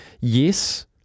Yes